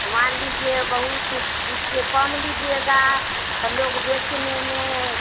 मान लीजिए बहुत जिससे कम लीजिएगा हम लोग बेचने में